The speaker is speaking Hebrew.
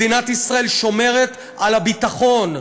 מדינת ישראל שומרת על הביטחון,